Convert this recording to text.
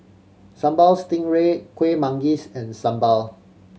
Sambal Stingray Kuih Manggis and sambal